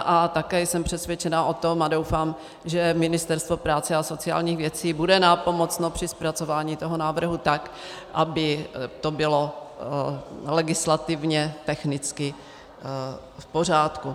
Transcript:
A také jsem přesvědčena o tom, a doufám, že Ministerstvo práce a sociálních věcí bude nápomocno při zpracování toho návrhu, tak aby to bylo legislativně technicky v pořádku.